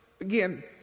again